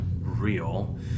real